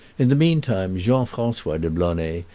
in the mean time jean-francois de blonay,